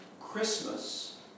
Christmas